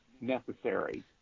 Necessary